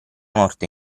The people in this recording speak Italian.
morte